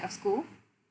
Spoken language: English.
the school